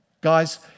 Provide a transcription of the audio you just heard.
Guys